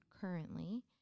currently